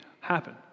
happen